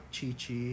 Chi-Chi